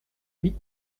huit